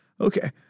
Okay